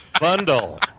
bundle